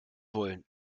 wollen